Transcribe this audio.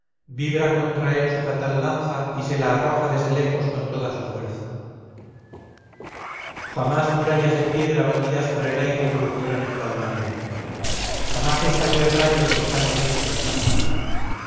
vibra contra él su fatal lanza y se le arroja desde lejos con toda su fuerza jamás murallas de piedra batidas por el aire crujieron en tal manera jamás estalló el rayo con tan horrísono estampido